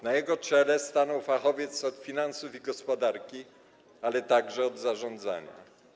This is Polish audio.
Na jego czele stanął fachowiec od finansów i gospodarki, ale także od zarządzania.